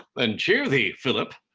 then cheer thee, philip,